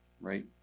right